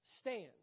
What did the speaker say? stand